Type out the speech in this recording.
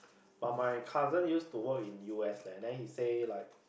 but my cousin used to work in u_s leh then he say like